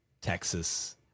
Texas